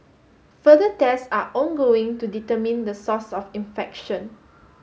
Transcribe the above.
further tests are ongoing to determine the source of infection